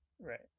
right